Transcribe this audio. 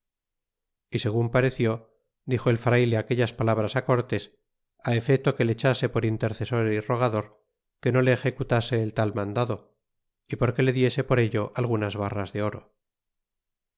y segun pareció dixo el frayle aquellas palabras cortés efeto que le echase por intercesor y rogador que no le executase el tal mandado y porque le diese por ello algunas barras de oro